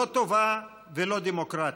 לא טובה ולא דמוקרטית.